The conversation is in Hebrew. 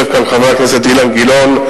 יושב כאן חבר הכנסת אילן גילאון,